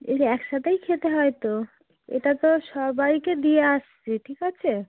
এটা একসাথেই খেতে হয় তো এটা তো সবাইকে দিয়ে আসছি ঠিক আছে